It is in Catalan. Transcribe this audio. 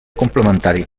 complementari